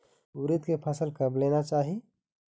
उरीद के फसल कब लेना चाही?